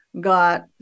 got